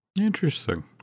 Interesting